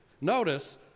Notice